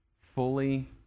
fully